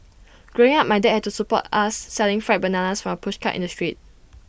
growing up my dad had to support us selling fried bananas from A pushcart in the street